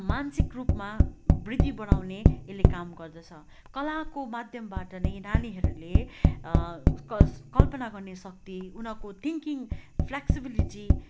मानसिक रूपमा वृद्धि बढाउने यसले काम गर्दछ कलाको माध्यमबाट नै नानीहरूले कस् कल्पना गर्ने शक्ति उनीहरूको थिङकिङ फ्लेकसिबिलिटी